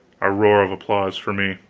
a roar of applause for me.